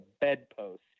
bedpost